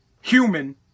human